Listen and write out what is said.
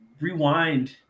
Rewind